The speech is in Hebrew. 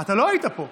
אתה לא היית פה.